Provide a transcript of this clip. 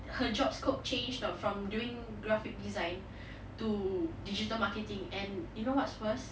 her job scope changed her from doing graphic design to digital marketing and you know what's worse